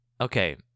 Okay